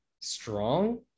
strong